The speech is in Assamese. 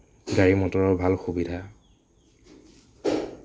গাড়ী মটৰৰ ভাল সুবিধা